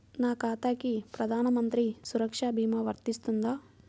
నా ఖాతాకి ప్రధాన మంత్రి సురక్ష భీమా వర్తిస్తుందా?